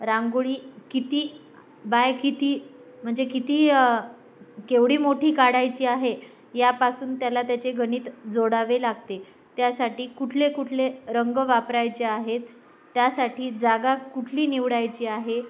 रांगोळी किती बाय किती म्हणजे किती केवढी मोठी काढायची आहे यापासून त्याला त्याचे गणित जोडावे लागते त्यासाठी कुठले कुठले रंग वापरायचे आहेत त्यासाठी जागा कुठली निवडायची आहे